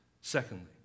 Secondly